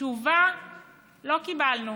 תשובה לא קיבלנו.